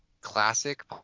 Classic